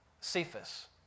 Cephas